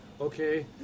okay